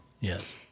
yes